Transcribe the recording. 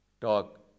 talk